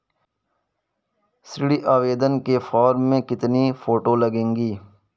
ऋण आवेदन के फॉर्म में कितनी फोटो लगेंगी?